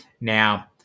Now